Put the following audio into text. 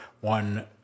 one